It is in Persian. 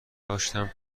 داشتم